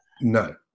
No